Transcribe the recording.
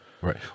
Right